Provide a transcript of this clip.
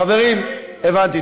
חברים, הבנתי.